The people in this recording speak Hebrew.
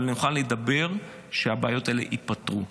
אבל שנוכל לדבר על כך שהבעיות האלה נפתרו.